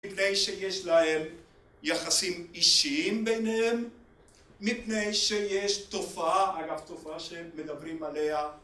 מפני שיש להם יחסים אישיים ביניהם, מפני שיש תופעה, אגב תופעה שמדברים עליה...